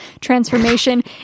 transformation